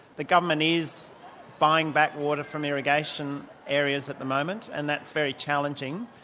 the government is buying back water from irrigation areas at the moment and that's very challenging,